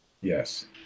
Yes